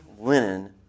linen